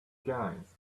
guys